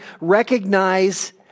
recognize